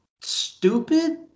stupid